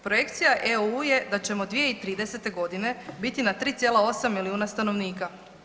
Projekcija EU je da ćemo 2030.g. biti na 3,8 milijuna stanovnika.